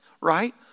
Right